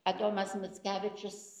adomas mickevičius